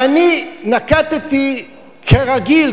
ואני נקטתי כרגיל,